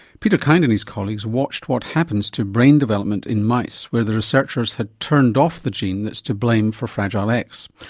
peter kind and his colleagues watched what happens to brain development in mice where the researchers had turned off the gene that's to blame for fragile x.